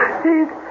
please